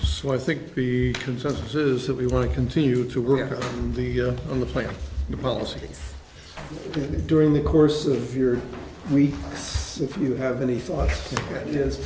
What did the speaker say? so i think the consensus is that we want to continue to work on the on the plane of the policy during the course of your week so if you have any thoughts